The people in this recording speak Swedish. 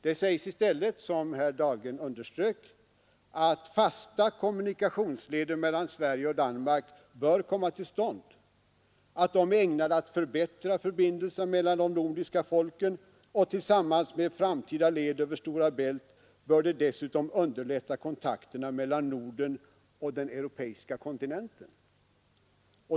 Det sägs i stället, som herr Dahlgren underströk, att fasta kommunikationsleder mellan Sverige och Danmark bör komma till stånd, att de är ägnade att förbättra förbindelserna mellan de nordiska folken och tillsammans med en framtida led över Stora Bält dessutom bör underlätta kontakten mellan Norden och den europeiska kontinenten.